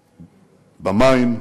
במים,